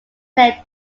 clare